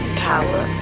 power